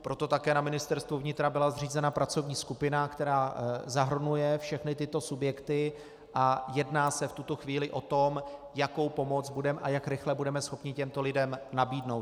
Proto také na Ministerstvu vnitra byla zřízena pracovní skupina, která zahrnuje všechny tyto subjekty, a jedná se v tuto chvíli o tom, jakou pomoc a jak rychle budeme schopni těmto lidem nabídnout.